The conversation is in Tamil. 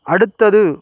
அடுத்தது